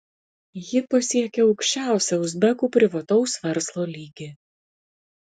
ji pasiekė aukščiausią uzbekų privataus verslo lygį